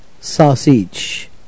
sausage